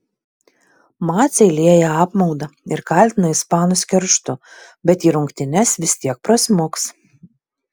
maciai lieja apmaudą ir kaltina ispanus kerštu bet į rungtynes vis tiek prasmuks